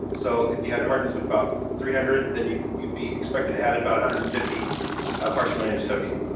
so if you had a hardness of about three hundred, then you you'd be expected added about one hundred and fifty parts per million of sodium.